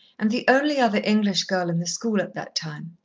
and the only other english girl in the school at that time.